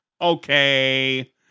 Okay